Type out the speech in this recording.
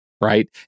Right